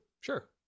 Sure